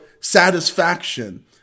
satisfaction